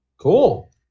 Cool